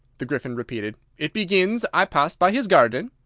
the gryphon repeated it begins i passed by his garden